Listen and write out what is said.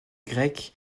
grecque